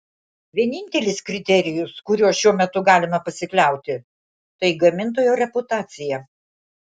vienintelis kriterijus kuriuo šiuo metu galima pasikliauti tai gamintojo reputacija